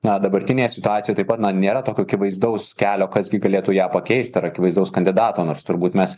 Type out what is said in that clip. na dabartinėje situacijoj taip pat na nėra tokio akivaizdaus kelio kas gi galėtų ją pakeist ar akivaizdaus kandidato nors turbūt mes